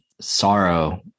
sorrow